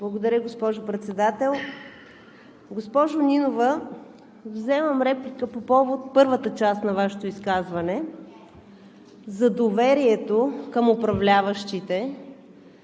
Благодаря, госпожо Председател. Госпожо Нинова, вземам реплика по повод първата част на Вашето изказване – за доверието към управляващите,